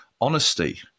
honesty